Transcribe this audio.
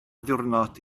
ddiwrnod